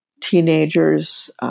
teenagers